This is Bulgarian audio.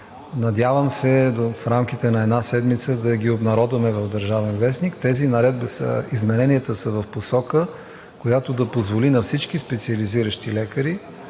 Надявам се в рамките на една седмица да ги обнародваме в „Държавен вестник“. Измененията са в посока, която да позволи на всички специализиращи лекари